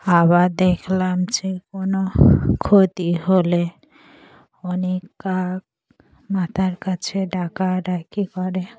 আবার দেখলাম যে কোনো ক্ষতি হলে অনেক কাক মাথার কাছে ডাকাডাকি করে